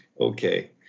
okay